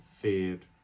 feared